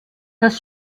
das